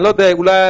לא יודע,